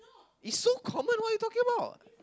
is so common what you talking about